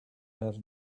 her